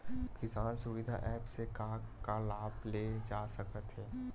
किसान सुविधा एप्प से का का लाभ ले जा सकत हे?